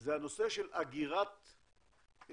זה הנושא של אגירת כוח,